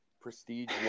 prestige